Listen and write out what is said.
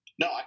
No